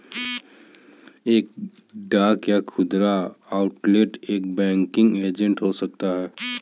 एक डाक या खुदरा आउटलेट एक बैंकिंग एजेंट हो सकता है